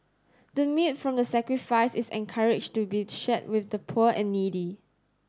the meat from the sacrifice is encouraged to be shared with the poor and needy